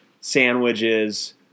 sandwiches